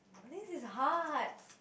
this is hard